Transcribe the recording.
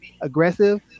aggressive